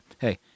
hey